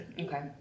Okay